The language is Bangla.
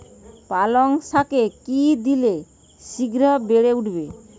পালং শাকে কি দিলে শিঘ্র বেড়ে উঠবে?